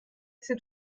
c’est